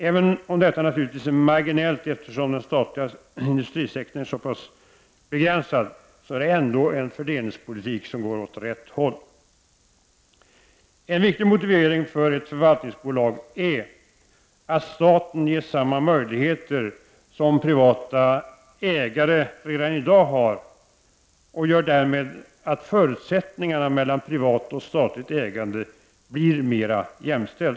Även om detta naturligtvis är marginellt, eftersom den statliga prissektorn är så pass begränsad, är det ändå en fördelningspolitik som går åt rätt håll. En viktig motivering för ett förvaltningsbolag är att staten ges samma möjligheter som privata ägare redan i dag har. Förutsättningen för privat och statligt ägande blir därmed mer jämställd.